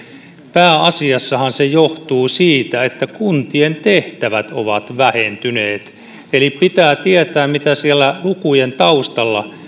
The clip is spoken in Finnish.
pääasiassa johtuu siitä että kuntien tehtävät ovat vähentyneet eli pitää tietää mitä siellä lukujen taustalla